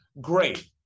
Great